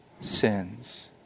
sins